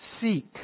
Seek